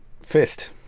fist